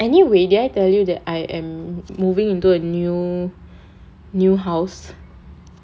anyway did I tell you that I am moving into a new new house